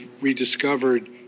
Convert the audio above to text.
rediscovered